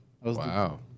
Wow